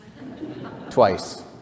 Twice